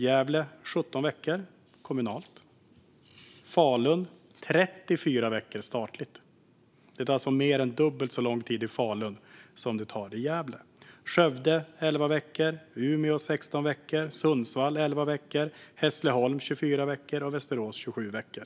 Gävle: 17 veckor, kommunalt, och Falun: 34 veckor, statligt. Det tar alltså mer än dubbelt så lång tid i Falun som det tar i Gävle. Sedan har vi Skövde: 11 veckor, Umeå: 16 veckor, Sundsvall: 11 veckor, Hässleholm: 24 veckor och Västerås: 27 veckor.